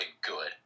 good